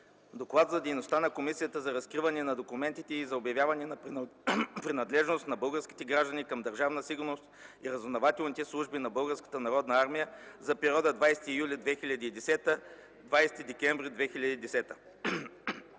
Доклада за дейността на Комисията за разкриване на документите и за обявяване на принадлежност на български граждани към Държавна сигурност и разузнавателните служби на Българската народна армия за периода 20 юли 2010 г. – 20 декември 2010